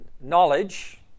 knowledge